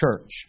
church